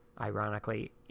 ironically